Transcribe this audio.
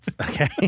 Okay